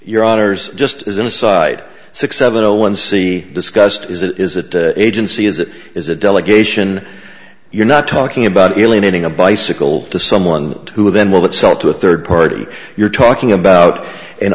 your honors just as an aside six seven zero one c discussed is it is it agency is it is a delegation you're not talking about alienating a bicycle to someone who then will it sell to a third party you're talking about an